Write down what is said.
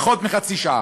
פחות מחצי שעה.